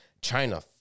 China